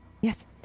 Yes